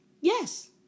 Yes